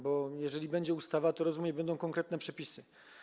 Bo jeżeli będzie ustawa, to, jak rozumiem, będą konkretne przepisy.